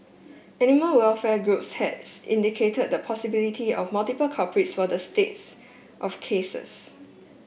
animal welfare groups had indicated the possibility of multiple culprits for the states of cases